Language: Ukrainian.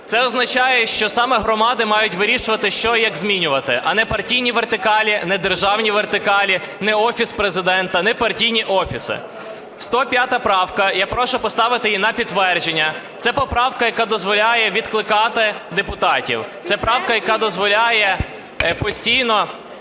Це означає, що саме громади мають вирішувати, що і як змінювати, а не партійні вертикалі, не державні вертикалі, не Офіс Президента, не партійні офіси. 105 правка, я прошу поставити її на підтвердження. Це поправка, яка дозволяє відкликати депутатів. Це правка, яка дозволяє постійно